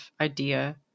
idea